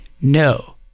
No